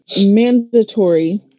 mandatory